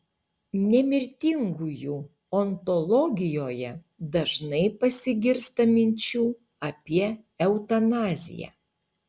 nemirtingųjų ontologijoje dažnai pasigirsta minčių apie eutanaziją